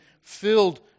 filled